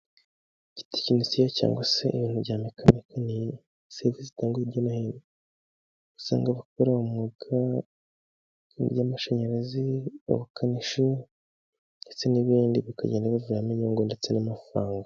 Igitekinisiye cyangwa se ibintu bya mekanike ni sirivise zitangagwa hirya no hino, usanga abakora umwuga w'amashanyarazi, abakanishi ndetse n'ibindi bikagenda bivamo inyungu ndetse n'amafaranga.